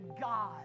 God